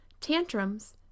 tantrums